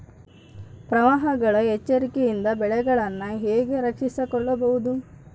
ಪ್ರವಾಹಗಳ ಎಚ್ಚರಿಕೆಯಿಂದ ಬೆಳೆಗಳನ್ನು ಹೇಗೆ ರಕ್ಷಿಸಿಕೊಳ್ಳಬಹುದು?